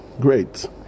Great